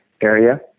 area